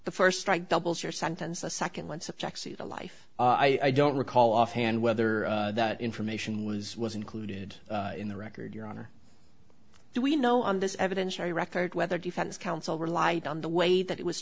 the first strike doubles your sentence a second one subjects a life i don't recall offhand whether that information was was included in the record your honor so we know on this evidentiary record whether defense counsel relied on the way that it was